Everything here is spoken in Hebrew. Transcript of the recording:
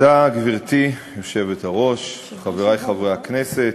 גברתי היושבת-ראש, תודה, חברי חברי הכנסת,